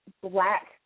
black